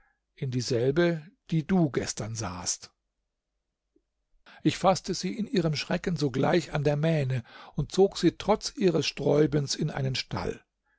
in dieselbe die du gestern sahst ich faßte sie in ihrem schrecken sogleich an der mähne und zog sie trotz ihres sträubens in einen stall